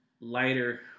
lighter